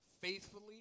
faithfully